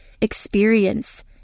experience